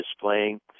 displaying